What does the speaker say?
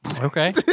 Okay